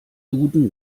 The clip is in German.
duden